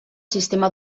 sistema